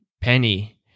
Penny